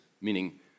meaning